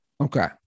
Okay